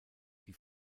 die